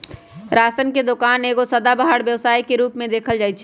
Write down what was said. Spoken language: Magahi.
राशन के दोकान एगो सदाबहार व्यवसाय के रूप में देखल जाइ छइ